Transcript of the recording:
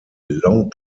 long